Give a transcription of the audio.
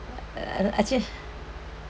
uh uh actually